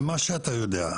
ממה שאתה יודע,